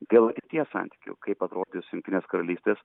dėl ateities santykių kaip atrodys jungtinės karalystės